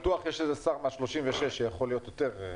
בטוח יש איזה שר מה-36 שיכול להיות יותר.